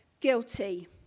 guilty